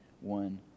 one